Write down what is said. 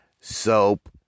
Soap